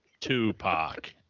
Tupac